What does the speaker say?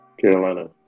Carolina